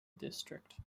district